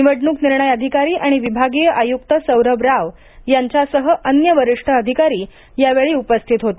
निवडणूक निर्णय अधिकारी आणि विभागीय आयुकर सौरभ राव यांच्यासह अन्य वरिष्ठ अधिकारी यावेळी उपस्थित होते